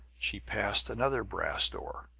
she passed another brass door,